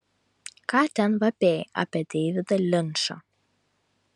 ką ten vapėjai apie deividą linčą